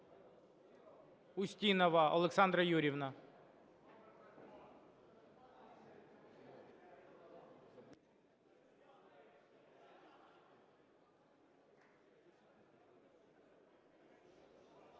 Устінова Олександра Юріївна.